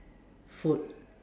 food